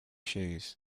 shoes